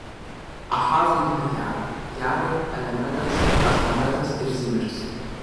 ahazui gimė jara jarai alemetas azmavetas ir zimris